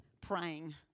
praying